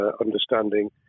understanding